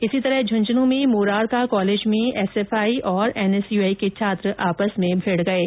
इसी तरह झुंझुनू में मोरारका कॉलेज में एसएफआई और एनएसयूआई के छात्र आपस में भिड़ गये